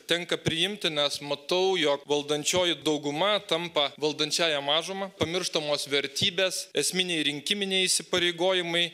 tenka priimti nes matau jog valdančioji dauguma tampa valdančiąja mažuma pamirštamos vertybės esminiai rinkiminiai įsipareigojimai